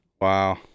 Wow